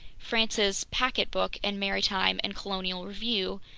france's packetboat and maritime and colonial review,